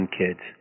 kids